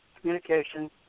communication